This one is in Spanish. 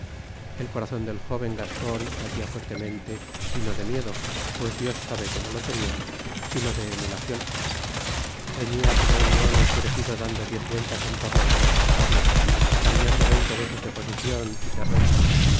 el corazon del jóven gascon latia fuertemente y no de miedo pues dios saber que no lo tenia sino de emulacion reiiia como un leon enfurecido dando diez vueltas en torno de su adversario cambiando veinte veces de posicion y terreno